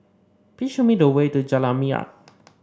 please show me the way to Jalan Minyak